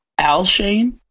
Alshane